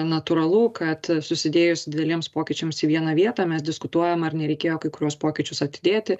natūralu kad susidėjus dideliems pokyčiams į vieną vietą mes diskutuojame ar nereikėjo kai kuriuos pokyčius atidėti